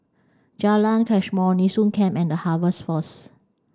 Jalan Mashhor Nee Soon Camp and The Harvest Force